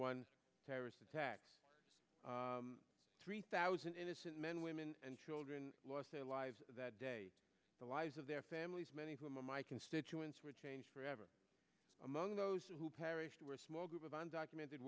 one terrorist attack three thousand innocent men women and children lost their lives that day the lives of their families many of my constituents were changed forever among those who perished were small group of undocumented